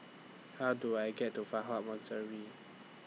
How Do I get to Fa Hua Monastery